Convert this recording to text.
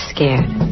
Scared